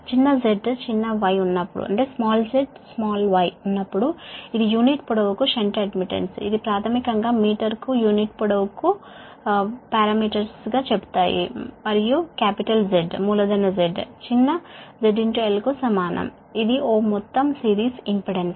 z y ప్రధానమైన parameters గా ఉన్నప్పుడు ఇక్కడ ఒక యూనిట్ పొడవుకు షంట్ అడ్మిటెన్స్ మరియు Z z l కు సమానం ఇది Ω మొత్తం సిరీస్ ఇంపెడెన్స్